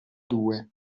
due